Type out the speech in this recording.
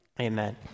Amen